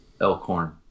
Elkhorn